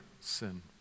sin